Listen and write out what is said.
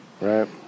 Right